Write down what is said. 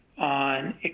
on